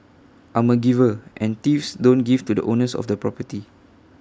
I'm A giver and thieves don't give to the owners of the property